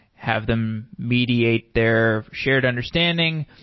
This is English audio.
have them mediate their shared understanding.